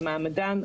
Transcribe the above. על מעמדן,